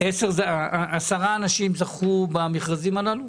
עשרה אנשים זכו במכרזים הללו?